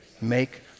Make